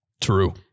True